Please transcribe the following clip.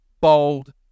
bold